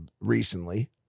recently